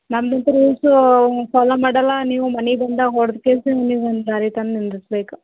ನಮ್ದು ಅಂತು rules follow ಮಾಡೋಲ್ಲ ನೀವು ಮನೆ ಬಂದಾಗ ಹೊಡ್ದು ಕೇಳಿಸೆ ನೀವು ಒಂದು ದಾರಿಗೆ ತಂದು ನಿಂದರ್ಸ್ಬೇಕು